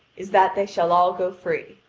is that they shall all go free.